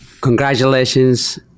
congratulations